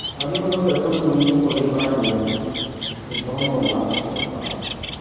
ᱟᱹᱰᱤ ᱦᱚᱲ ᱜᱮᱠᱚ ᱮᱠᱷᱚᱱᱳ ᱱᱤᱛ ᱦᱚᱸᱠᱚ ᱞᱟᱹᱭ ᱵᱟᱲᱟᱭ ᱜᱮᱭᱟ ᱫᱷᱚᱨᱚᱢ ᱫᱚᱢ ᱞᱟᱫᱟᱢ ᱥᱮᱢ ᱨᱟᱯᱟᱜᱟ